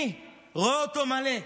אני רואה אותו מלא: